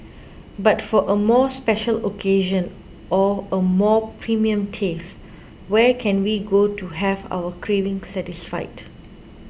but for a more special occasion or a more premium taste where can we go to have our craving satisfied